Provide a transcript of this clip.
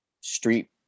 street